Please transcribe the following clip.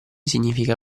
significa